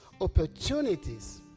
opportunities